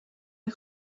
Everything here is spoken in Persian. این